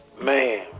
Man